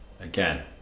again